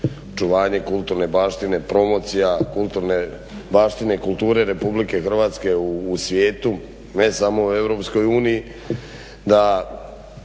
očuvanje kulturne baštine, promocija kulturne baštine i kulture RH u svijetu ne samo u EU da